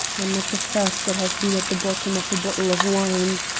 and not the first that has been at the bottom of a bottle of wine.